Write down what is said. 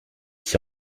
qui